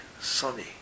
sunny